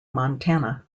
montana